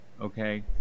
okay